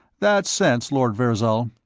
that's sense, lord virzal.